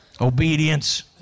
Obedience